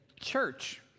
church